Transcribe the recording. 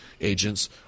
agents